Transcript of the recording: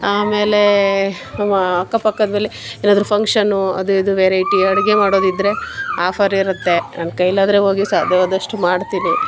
ಆಮೇಲೆ ನಮ್ಮ ಅಕ್ಕಪಕ್ಕದಲ್ಲಿ ಏನಾದ್ರೂ ಫಂಕ್ಷನು ಅದು ಇದು ವೆರೈಟಿ ಅಡುಗೆ ಮಾಡೋದಿದ್ದರೆ ಆಫರ್ ಇರುತ್ತೆ ನನ್ನ ಕೈಲಾದರೆ ಹೋಗಿ ಸಾಧ್ಯವಾದಷ್ಟು ಮಾಡ್ತೀನಿ